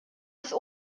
bis